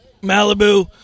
Malibu